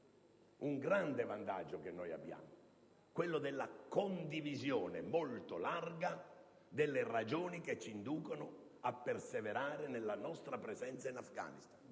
un grande vantaggio che abbiamo: quello della condivisione molto larga delle ragioni che ci inducono a perseverare nella nostra presenza in Afghanistan.